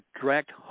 direct